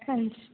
ਹਾਂਜੀ